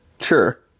Sure